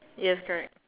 yes correct